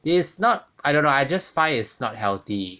it's not I don't know I just find it's not healthy